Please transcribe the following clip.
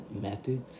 methods